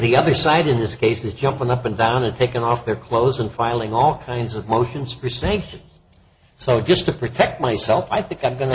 the other side in this case is jumping up and down and taken off their clothes and filing all kinds of motions for sanctions so just to protect myself i think i'm going to